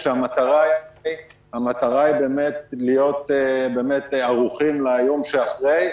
כאשר המטרה היא להיות ערוכים ליום שאחרי.